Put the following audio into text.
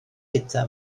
gyda